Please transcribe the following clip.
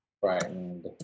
Frightened